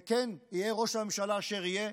וכן, יהיה ראש הממשלה אשר יהיה,